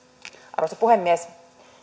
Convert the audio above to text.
arvoisa puhemies